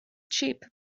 cheap